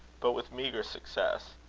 but with meagre success.